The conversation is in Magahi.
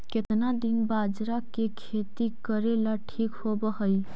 केतना दिन बाजरा के खेती करेला ठिक होवहइ?